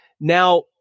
now